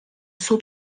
suo